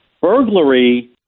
burglary